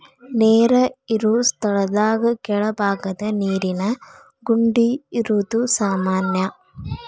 ನೇರ ಇರು ಸ್ಥಳದಾಗ ಕೆಳಬಾಗದ ನೇರಿನ ಗುಂಡಿ ಇರುದು ಸಾಮಾನ್ಯಾ